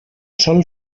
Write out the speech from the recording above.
sol